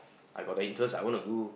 I got the interest I want to do